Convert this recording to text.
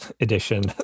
edition